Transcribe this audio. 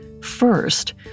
First